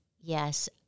yes